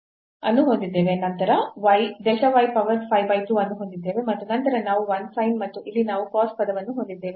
ನಾವು delta y power 5 by 2 ಅನ್ನು ಹೊಂದಿದ್ದೇವೆ ಮತ್ತು ನಂತರ ನಾವು 1 sin ಮತ್ತು ಇಲ್ಲಿ ನಾವು cosಪದವನ್ನು ಹೊಂದಿದ್ದೇವೆ